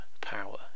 power